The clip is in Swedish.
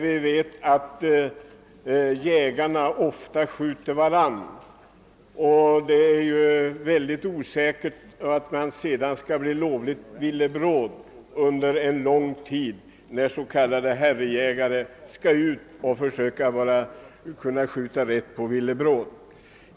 Vi vet att jägarna ofta skjuter varandra, och vi andra kan inte vara säkra på att inte bli lovligt villebråd under en lång tid när s.k. herrejägare går ut och försöker träffa rätt på villebråd.